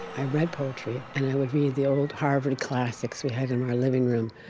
i read poetry, and i would read the old harvard classics we had in our living room.